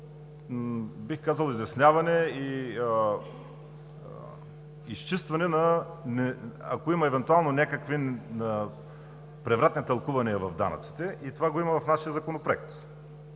бих казал, изясняване и изчистване, ако има евентуални някакви превратни тълкувания в данъците. Това го има в нашия законопроект,